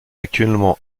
actuellement